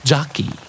Jockey